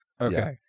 okay